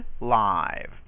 live